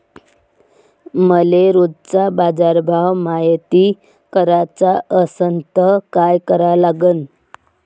मले रोजचा बाजारभव मायती कराचा असन त काय करा लागन?